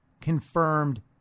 confirmed